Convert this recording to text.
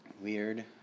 Weird